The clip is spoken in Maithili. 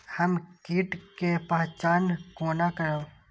हम कीट के पहचान कोना करब?